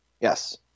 Yes